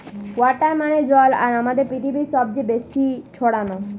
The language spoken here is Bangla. ওয়াটার মানে জল আর আমাদের পৃথিবীতে সবচে বেশি ছড়ানো